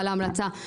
ההמלצה,